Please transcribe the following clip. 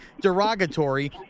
derogatory